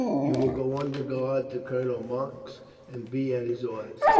you will go under guard to colonel monck and be at his orders.